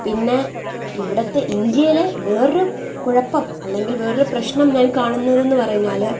പിന്നെ ഇവിടുത്തെ ഇന്ത്യയിലെ വേറൊരു കുഴപ്പം അല്ലെങ്കിൽ വേറൊരു പ്രശ്നം ഞാൻ കാണുന്നത് എന്ന് പറഞ്ഞാൽ